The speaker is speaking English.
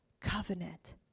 covenant